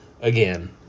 again